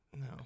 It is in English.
no